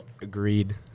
Agreed